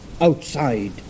outside